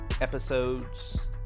episodes